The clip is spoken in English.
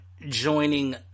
joining